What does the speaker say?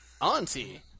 Auntie